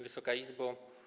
Wysoka Izbo!